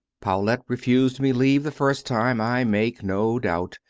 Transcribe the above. paulet refused me leave the first time, i make no doubt,